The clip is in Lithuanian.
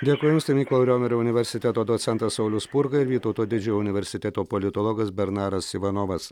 dėkui jums mykolo riomerio universiteto docentas saulius spurga ir vytauto didžiojo universiteto politologas bernaras ivanovas